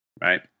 Right